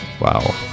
wow